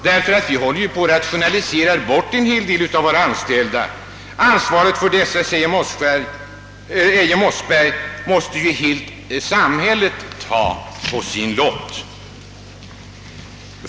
Bolaget håller på att rationalisera bort en hel del av sina anställda, och ansvaret för dessa, sade Eije Mossberg, måste samhället ta på sin lott.